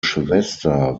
schwester